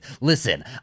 Listen